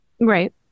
Right